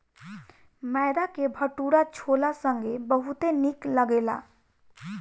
मैदा के भटूरा छोला संगे बहुते निक लगेला